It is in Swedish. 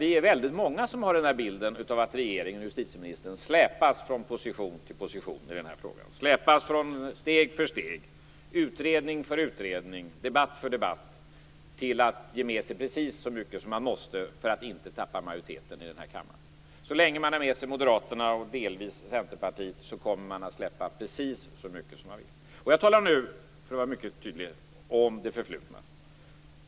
Vi är väldigt många som har bilden att regeringen och justitieministern släpats från position till position i den här frågan, släpats steg för steg, utredning för utredning och debatt för debatt till att ge med sig precis så mycket som man måste för att inte tappa majoriteten i denna kammare. Så länge man har med sig Moderaterna och delvis Centerpartiet kommer man att släppa precis så mycket som man vill. Jag talar nu - för att vara mycket tydlig - om det förflutna.